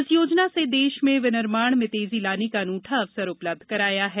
इस योजना से देश में विनिर्माण में तेजी लाने का अनुठा अवसर उपलब्ध कराया है